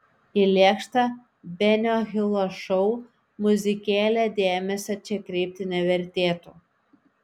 į lėkštą benio hilo šou muzikėlę dėmesio čia kreipti nevertėtų